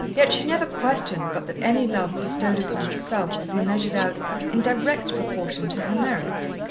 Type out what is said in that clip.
yet she never questioned but that any love bestowed upon herself would be measured out in direct proportion to her merits.